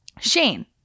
shane